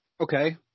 Okay